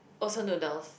also noodles